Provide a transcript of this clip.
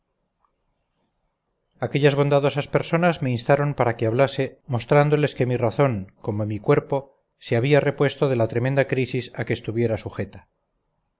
aquellas bondadosas personas me instaron para que hablase mostrándoles que mi razón como mi cuerpo se había repuesto de la tremenda crisis a que estuviera sujeta